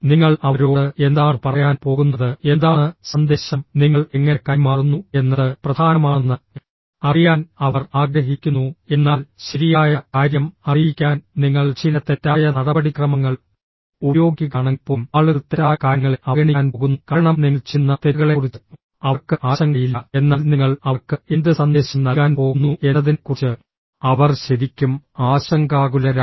നിങ്ങൾ അവരോട് എന്താണ് പറയാൻ പോകുന്നത് എന്താണ് സന്ദേശം നിങ്ങൾ എങ്ങനെ കൈമാറുന്നു എന്നത് പ്രധാനമാണെന്ന് അറിയാൻ അവർ ആഗ്രഹിക്കുന്നു എന്നാൽ ശരിയായ കാര്യം അറിയിക്കാൻ നിങ്ങൾ ചില തെറ്റായ നടപടിക്രമങ്ങൾ ഉപയോഗിക്കുകയാണെങ്കിൽപ്പോലും ആളുകൾ തെറ്റായ കാര്യങ്ങളെ അവഗണിക്കാൻ പോകുന്നു കാരണം നിങ്ങൾ ചെയ്യുന്ന തെറ്റുകളെക്കുറിച്ച് അവർക്ക് ആശങ്കയില്ല എന്നാൽ നിങ്ങൾ അവർക്ക് എന്ത് സന്ദേശം നൽകാൻ പോകുന്നു എന്നതിനെക്കുറിച്ച് അവർ ശരിക്കും ആശങ്കാകുലരാണ്